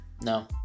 no